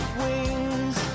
wings